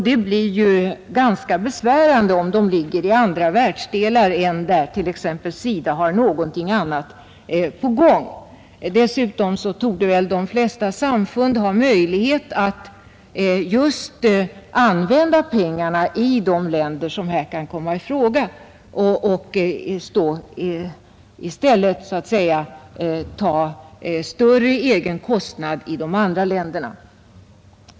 Det blir ganska besvärande om projektet ligger i andra världsdelar än där t.ex. SIDA har någon verksamhet. Dessutom torde de flesta samfund ha möjlighet att använda pengarna just i de länder som här kan komma i fråga och i stället så att säga ta en större egen kostnad i de andra länderna.